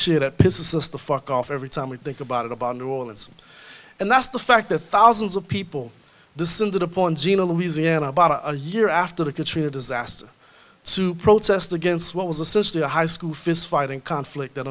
shit pisses us the fuck off every time we think about it about new orleans and that's the fact that thousands of people descended upon jena louisiana about a year after the katrina disaster to protest against what was assisted a high school fistfight in conflict that